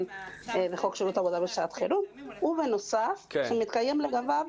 בחוק שירות עבודה בשעת חירום ובנוסף מתקיים לגביו